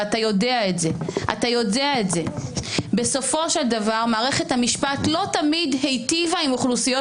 ואתה יודע את זה בסופו של דבר מערכת המשפט לא תמיד היטיבה עם אוכלוסיות